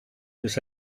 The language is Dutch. dus